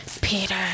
Peter